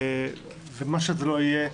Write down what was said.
ומה שזה לא יהיה,